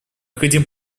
хотим